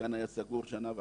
שהמתקן היה סגור שנה וחצי,